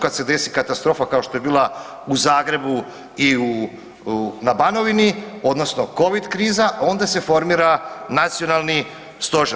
Kad se desi katastrofa kao što je bila u Zagrebu i na Banovini odnosno covid kriza onda se formira nacionalni stožer.